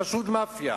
פשוט מאפיה.